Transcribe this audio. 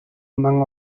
among